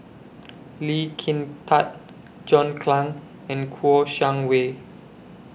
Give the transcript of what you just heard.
Lee Kin Tat John Clang and Kouo Shang Wei